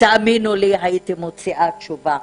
תאמינו לי שהייתי מוציאה תשובה.